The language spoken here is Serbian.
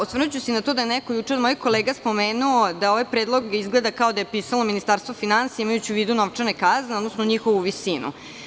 Osvrnuću se i na to da je neko od mojih kolega juče spomenuo da ovaj predlog izgleda kao da ga je pisalo Ministarstvo finansija imajući u vidu novčane kazne, odnosno njihovu visinu.